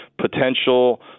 potential